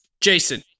Jason